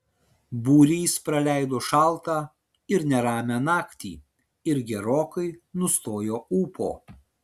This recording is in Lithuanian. būrys praleido šaltą ir neramią naktį ir gerokai nustojo ūpo